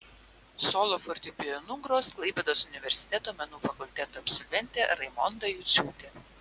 solo fortepijonu gros klaipėdos universiteto menų fakulteto absolventė raimonda juciūtė